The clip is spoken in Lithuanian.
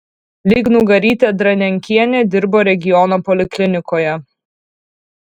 lygnugarytė dranenkienė dirbo regiono poliklinikoje